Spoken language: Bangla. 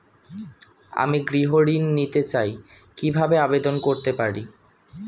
আমি গৃহ ঋণ নিতে চাই কিভাবে আবেদন করতে পারি?